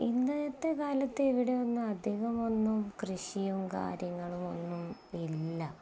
ഇന്നത്തെ കാലത്ത് ഇവിടെയൊന്നും അധികമൊന്നും കൃഷിയും കാര്യങ്ങളും ഒന്നും ഇല്ല